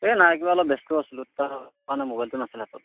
এই নাই কিবা অলপ ব্যস্ত আছিলোঁ তাৰ কাৰণে মোবাইলটো নাছিলে হাতত